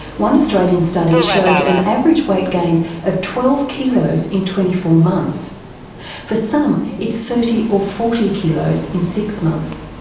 one australian study showed an average weight gain of twelve kilos in twenty four months for some it's thirty or forty kilos in six months.